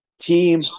Team